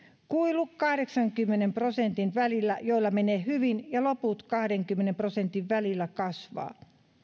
kuilu niiden kahdeksankymmenen prosentin välillä joilla menee hyvin ja loppujen kahdenkymmenen prosentin välillä kasvaa